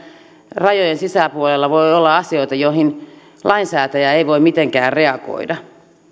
rajojen sisäpuolella voi olla asioita joihin lainsäätäjä ei voi mitenkään reagoida